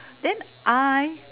then I